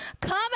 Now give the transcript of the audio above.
come